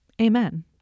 Amen